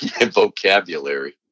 vocabulary